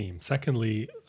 Secondly